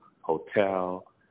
hotel